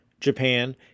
Japan